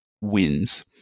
wins